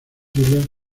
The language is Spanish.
islas